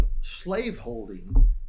slave-holding